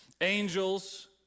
angels